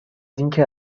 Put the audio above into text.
اینکه